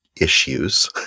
issues